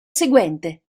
seguente